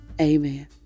Amen